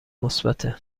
مثبته